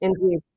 Indeed